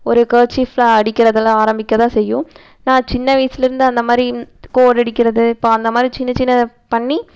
ஒரு கேர்ச்சிஃப்பில் அடிக்கிறதில் ஆரம்மிக்க தான் செய்யும் நான் சின்ன வயசுலேருந்து அந்தமாதிரி கோடு அடிக்கறது பா அந்தமாதிரி சின்ன சின்னதை பண்ணி